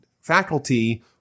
faculty